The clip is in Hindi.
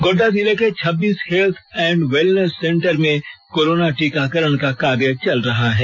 गोड्डा जिले के छब्बीस हेत्थ एंड वेलनेस सेंटर में कोरोना टीकाकरण का कार्य चल रहा है